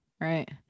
Right